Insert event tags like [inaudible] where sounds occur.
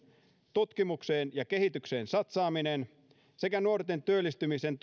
tutkimukseen ja kehitykseen satsaamista nuorten työllistymisen [unintelligible]